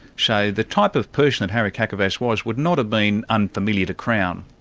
so the type of person and harry kakavas was would not have been unfamiliar to crown.